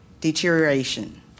deterioration